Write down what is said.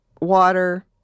water